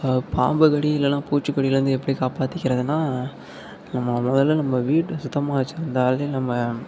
பாம்பு கடி இல்லைனா பூச்சிக்கடிலேருந்து எப்படி காப்பாத்திக்கிறதுனால் நம்ம முதல்ல நம்ம வீட்டை சுத்தமாக வச்சிருந்தாலே நம்ம